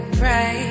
pray